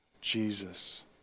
Jesus